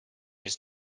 his